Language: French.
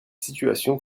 situation